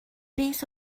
beth